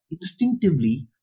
instinctively